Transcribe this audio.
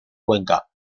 cuenca